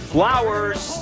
Flowers